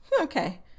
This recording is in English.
okay